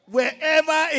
Wherever